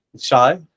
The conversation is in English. Shy